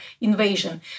invasion